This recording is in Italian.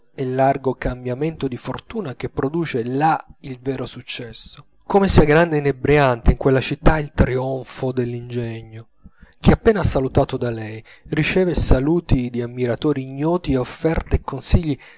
e largo cambiamento di fortuna che produce là il vero successo come sia grande e inebbriante in quella città il trionfo dell'ingegno che appena salutato da lei riceve saluti di ammiratori ignoti e offerte e consigli